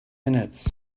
minutes